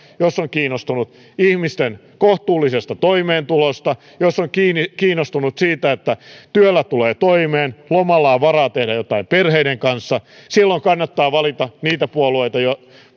jos on kiinnostunut ihmisten kohtuullisesta toimeentulosta jos on kiinnostunut siitä että työllä tulee toimeen lomalla on varaa tehdä jotain perheen kanssa silloin kannattaa valita niitä